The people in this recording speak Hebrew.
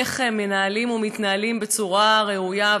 איך מנהלים ומתנהלים בצורה ראויה.